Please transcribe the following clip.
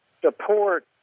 support